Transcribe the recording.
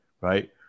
right